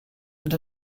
and